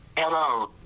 hello.